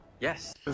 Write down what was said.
Yes